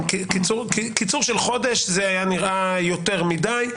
קיצור של חודש היה נראה יותר מדי.